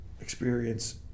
experience